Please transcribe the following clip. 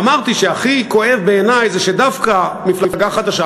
ואמרתי שהכי כואב לי שדווקא מפלגה חדשה,